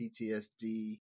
PTSD